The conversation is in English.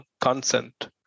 consent